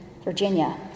Virginia